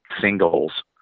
singles